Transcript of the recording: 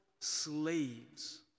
slaves